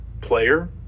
player